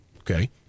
Okay